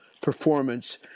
performance